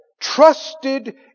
Trusted